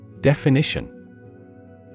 Definition